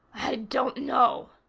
i don't know,